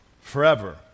forever